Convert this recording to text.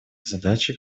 задачей